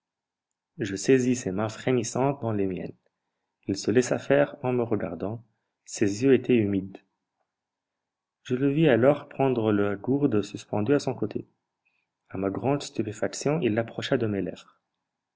je saisis ses mains frémissantes dans les miennes il se laissa faire en me regardant ses yeux étaient humides je le vis alors prendre la gourde suspendue à son côté a ma grande stupéfaction il l'approcha de mes lèvres